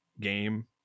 game